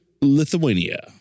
Lithuania